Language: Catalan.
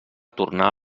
tornà